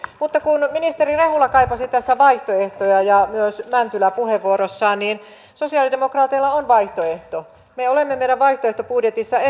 mutta kun ministeri rehula kaipasi tässä vaihtoehtoja ja myös mäntylä puheenvuorossaan niin sosialidemokraateilla on vaihtoehto me olemme meidän vaihtoehtobudjetissamme